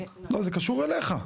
לא, זה קשור אליך.